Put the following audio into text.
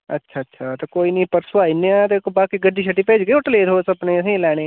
अच्छा अच्छा ते कोई नी ते परसूं आई जन्ने आं ते बाकी गड्डी शड्डी भेजगे होटलै तुस अपने असेंगी लैने गी